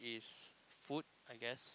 is food I guess